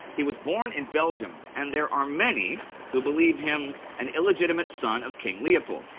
he was born in belgium, and there are many who believe him an illegitimate son of king leopold.